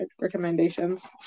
recommendations